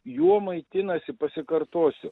juo maitinasi pasikartosiu